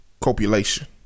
copulation